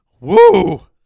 woo